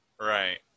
Right